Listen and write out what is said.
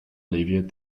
alleviate